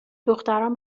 دختران